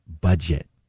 budget